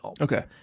Okay